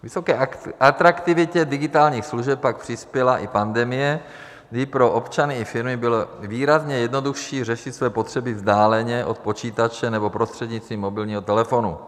K vysoké atraktivitě digitálních služeb pak přispěla i pandemie, kdy pro občany i firmy bylo výrazně jednodušší řešit své potřeby vzdáleně, od počítače nebo prostřednictvím mobilního telefonu.